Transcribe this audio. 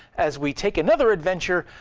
as we take another adventure,